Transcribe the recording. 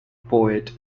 poet